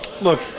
look